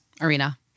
arena